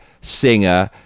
singer